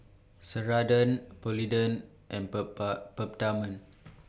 Ceradan Polident and Peptamen